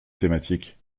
thématique